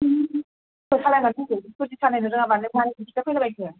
सोर सालायनो बुंदों स्कुटि सालायनो रोङाब्ला नों मानो दिन्थिला फैला बायखो